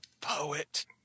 poet